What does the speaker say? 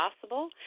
possible